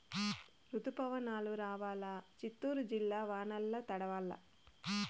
రుతుపవనాలు రావాలా చిత్తూరు జిల్లా వానల్ల తడవల్ల